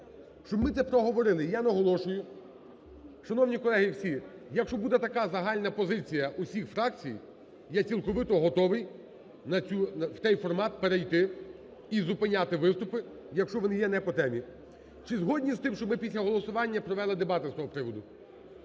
Щоб ми це проговорили. Я наголошую, шановні колеги всі, якщо буде така загальна позиція усіх фракцій, я цілковито готовий на цю, в цей формат перейти і зупиняти виступи, якщо вони є не по темі. Чи згодні з тим, щоб ми після голосування провели дебати з того приводу?